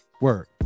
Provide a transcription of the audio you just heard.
Word